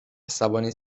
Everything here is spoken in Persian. عصبانی